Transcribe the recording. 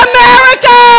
America